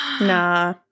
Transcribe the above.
Nah